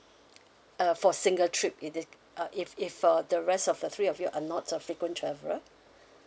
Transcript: uh for a single trip if it uh if if uh the rest of the three of you are not a frequent traveler